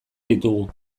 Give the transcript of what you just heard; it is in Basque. ditugu